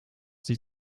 sich